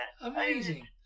amazing